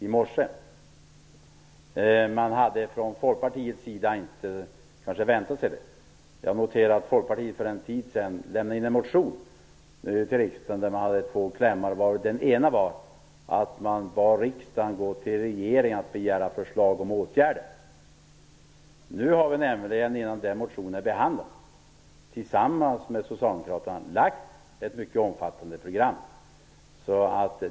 I Folkpartiet hade man kanske inte väntat sig det. För en tid sedan lämnade ju Folkpartiet in en motion till riksdagen som innehöll två klämmar. I den ena bad man riksdagen att hos regeringen begära förslag om åtgärder. Nu har vi, innan den motionen är behandlad, tillsammans med Socialdemokraterna lagt fram ett mycket omfattande program.